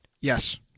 Yes